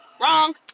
wrong